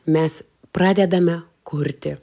mes pradedame kurti